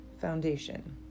foundation